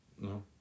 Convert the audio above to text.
No